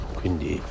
quindi